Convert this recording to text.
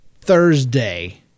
Thursday